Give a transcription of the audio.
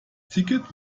ticket